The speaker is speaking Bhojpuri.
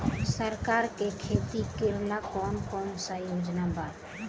सरकार के खेती करेला कौन कौनसा योजना बा?